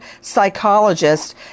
psychologist